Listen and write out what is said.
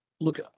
Look